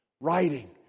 writing